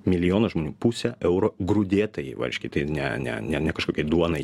milijonas žmonių pusę euro grūdėtajai varškei ne ne ne ne kažkokiai duonai